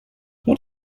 what